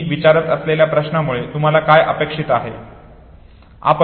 मी विचारत असलेल्या प्रश्नामुळे तुम्हाला काय अपेक्षित आहे